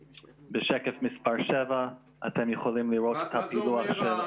בשקף מספר 7 אתם יכולים לראות --- מה זה אומר?